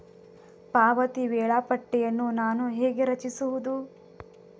ಪಾವತಿ ವೇಳಾಪಟ್ಟಿಯನ್ನು ನಾನು ಹೇಗೆ ರಚಿಸುವುದು?